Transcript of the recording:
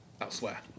elsewhere